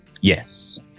Yes